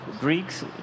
Greeks